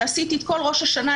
ועשיתי את כל ראש השנה,